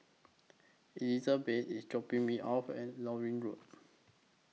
Elizabet IS dropping Me off At Lornie Road